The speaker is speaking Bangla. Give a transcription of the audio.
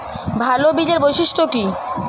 ভাল বীজের বৈশিষ্ট্য কী?